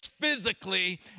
physically